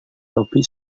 topi